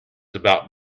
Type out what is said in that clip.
about